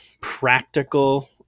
practical